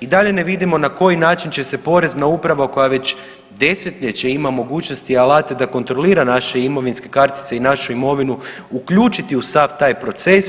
I dalje ne vidimo na koji način će se Porezna uprava koja već desetljeće ima mogućnosti alate da kontrolira naše imovinske kartice i našu imovinu uključiti u sav taj proces,